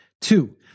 Two